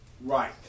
right